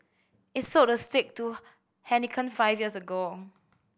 it sold the stake to Heineken five years ago